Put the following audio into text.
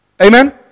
Amen